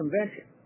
convention